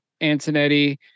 Antonetti